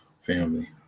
family